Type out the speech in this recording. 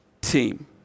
team